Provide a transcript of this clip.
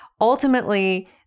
Ultimately